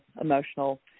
emotional